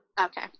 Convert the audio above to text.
Okay